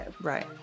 Right